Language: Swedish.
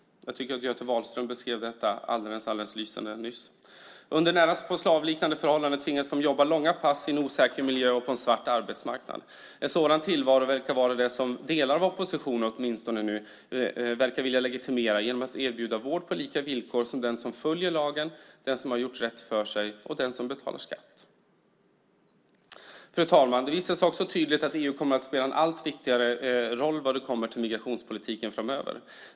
Jag tycker att Göte Wahlström beskrev detta alldeles lysande nyss. Under närmast slavliknande förhållanden tvingas de jobba långa pass i en osäker miljö och på en svart arbetsmarknad. En sådan tillvaro verkar vara det som åtminstone delar av oppositionen nu verkar vilja legitimera genom att erbjuda vård på lika villkor som för den som följer lagen, den som har gjort rätt för sig och den som betalar skatt. Fru talman! Det visar sig också tydligt att EU kommer att spela en allt viktigare roll när det gäller migrationspolitiken framöver.